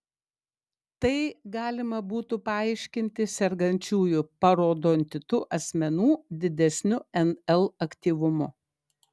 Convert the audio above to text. tai galima būtų paaiškinti sergančiųjų parodontitu asmenų didesniu nl aktyvumu